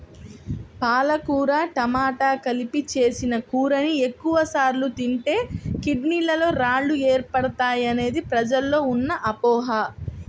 పాలకూర టమాట కలిపి చేసిన కూరని ఎక్కువ సార్లు తింటే కిడ్నీలలో రాళ్లు ఏర్పడతాయనేది ప్రజల్లో ఉన్న అపోహ